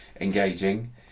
engaging